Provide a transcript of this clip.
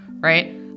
Right